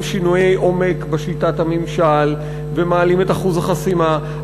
שינויי עומק בשיטת הממשל ומעלים את אחוז החסימה.